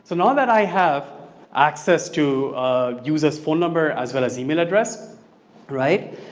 so now that i have access to ah user s phone number as well as email address right?